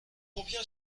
combien